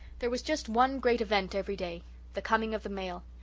there was just one great event every day the coming of the mail.